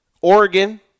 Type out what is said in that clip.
Oregon